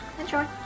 enjoy